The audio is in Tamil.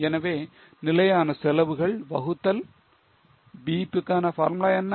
எனவே நிலையான செலவுகள் வகுத்தல் BEP கான பார்முலா என்ன